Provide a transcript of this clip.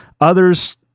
Others